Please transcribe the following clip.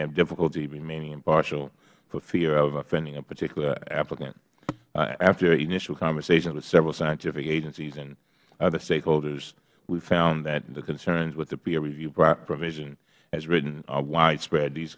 have difficulty remaining impartial for fear of offending a particular applicant after initial conversation with several scientific agencies and other stakeholders we found that the concerns with the peer review provision as written are widespread these